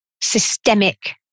systemic